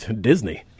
Disney